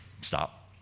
stop